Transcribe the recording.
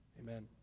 Amen